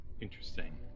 Interesting